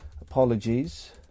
Apologies